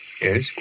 Yes